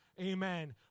Amen